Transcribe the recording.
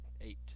Eight